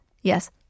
Yes